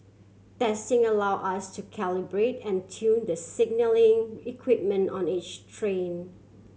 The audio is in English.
testing allow us to calibrate and tune the signalling equipment on each train